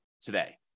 today